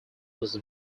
was